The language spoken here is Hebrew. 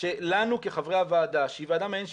שלנו כחברי הוועדה, שהיא ועדה מעין שיפוטית,